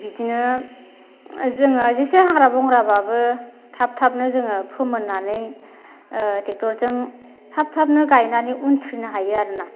बिदिनो जोङो जेसे हाग्रा बंग्राब्लाबो थाब थाबनो जोङो फोमोननानै ओ ट्रेक्टरजों थाब थाबनो गायनानै उन्थ्रिनो हायो आरोना